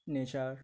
nature